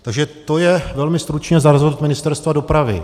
Takže to je velmi stručně za resort Ministerstva dopravy.